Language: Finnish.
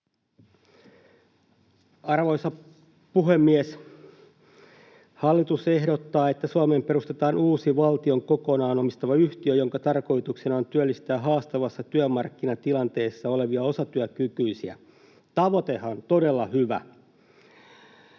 Arvoisa puhemies! Hallitus ehdottaa, että Suomeen perustetaan uusi valtion kokonaan omistama yhtiö, jonka tarkoituksena on työllistää haastavassa työmarkkinatilanteessa olevia osatyökykyisiä. Tavoitehan on todella hyvä,